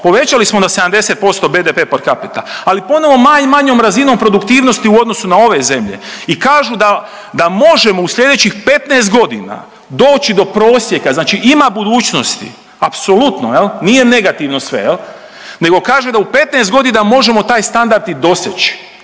povećali smo na 70% BDP per capita, ali ponovo manjom razinom produktivnosti u odnosu na ove zemlje. I kažu da možemo u sljedećih 15 godina doći do prosjeka. Znači ima budućnosti, apsolutno. Nije negativno sve nego kaže da u 15 godina možemo taj standard i doseći,